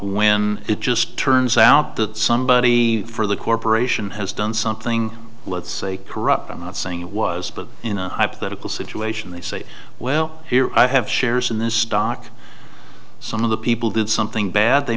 when it just turns out that somebody for the corporation has done something let's say corrupt i'm not saying it was but in a hypothetical situation they say well here i have shares in this stock some of the people did something